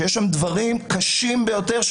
שיש שם דברים קשים ביותר,